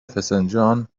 فسنجان